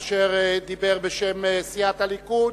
אשר דיבר בשם סיעת הליכוד.